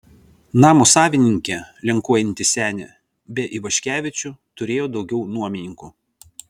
namo savininkė lenkuojanti senė be ivaškevičių turėjo daugiau nuomininkų